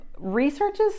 researches